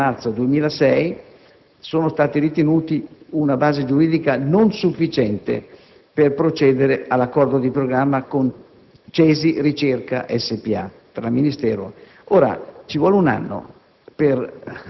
del 23 marzo 2006 sono stati ritenuti una base giuridica non sufficiente per procedere all'accordo di programma con CESI Ricerca S.p.A. Ci vuole un anno